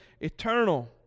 eternal